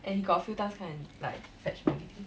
and he got few times come and like fetch me already